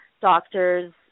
doctors